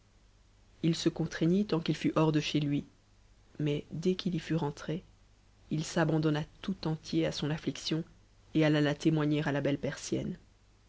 ii se contrai tant qu'il fut hors de chez lui mais dès qu'il y fut rentré il s'abandonna tout entier à son affliction et alla la témoigner à la belle persienne